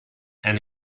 and